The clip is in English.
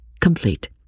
complete